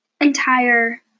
entire